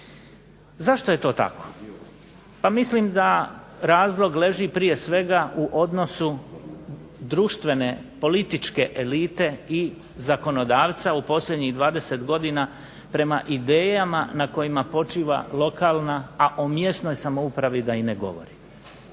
Zašto je to tako? Pa mislim da razlog leži prije svega u odnosu društvene političke elite i zakonodavca u posljednjih 20 godina prema idejama na kojima počiva lokalna, a o mjesnoj samoupravi da i ne govorim.